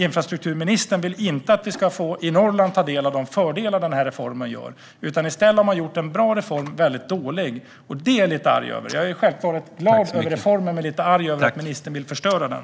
Infrastrukturministern vill inte att vi i Norrland ska få ta del av de fördelar reformen ger. I stället har man gjort en bra reform väldigt dålig. Det är jag lite arg över. Jag är självklart glad över reformen men lite arg över att ministern vill förstöra den.